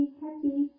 happy